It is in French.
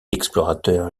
explorateur